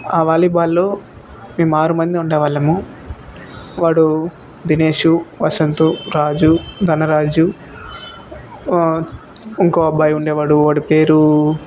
వాలీబాల్లో మేము ఆరుమంది ఉండేవాళ్ళము వాడు దినేషు వసంతు రాజు ధన రాజు ఇంకో అబ్బాయి ఉండేవాడు వాడి పేరు